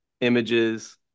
images